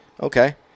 Okay